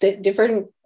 different